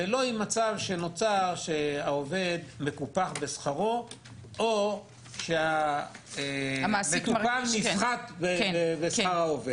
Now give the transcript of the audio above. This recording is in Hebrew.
ולא עם מצב שנוצר שהעובד מקופח בשכרו או שהמטופל נסחט בשכר העובד.